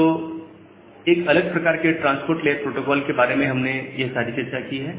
तो एक अलग प्रकार के ट्रांसपोर्ट लेयर प्रोटोकोल के बारे में हमने यह सारी चर्चा की है